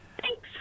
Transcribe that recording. thanks